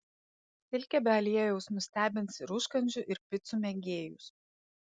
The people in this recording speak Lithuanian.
silkė be aliejaus nustebins ir užkandžių ir picų mėgėjus